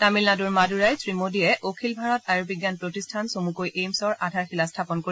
তামিলনাডুৰ মাডুৰাইত শ্ৰীমোডীয়ে অখিল ভাৰত আয়ুবিজ্ঞান প্ৰতিষ্ঠান চমুকৈ এইম্ছৰ আধাৰশিলা স্থাপন কৰিব